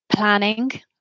planning